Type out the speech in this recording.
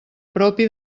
propi